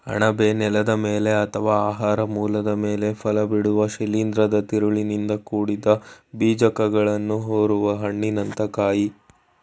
ಅಣಬೆ ನೆಲದ ಮೇಲೆ ಅಥವಾ ಆಹಾರ ಮೂಲದ ಮೇಲೆ ಫಲಬಿಡುವ ಶಿಲೀಂಧ್ರದ ತಿರುಳಿನಿಂದ ಕೂಡಿದ ಬೀಜಕಗಳನ್ನು ಹೊರುವ ಹಣ್ಣಿನಂಥ ಕಾಯ